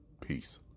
Peace